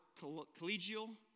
collegial